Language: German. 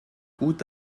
gut